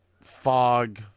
fog